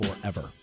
forever